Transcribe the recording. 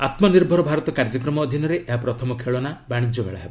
ଆତ୍ମନିର୍ଭର ଭାରତ କାର୍ଯ୍ୟକ୍ରମ ଅଧୀନରେ ଏହା ପ୍ରଥମ ଖେଳନା ବାଣିଜ୍ୟମେଳା ହେବ